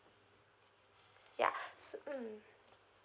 yeah mm